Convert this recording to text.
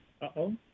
Uh-oh